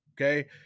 Okay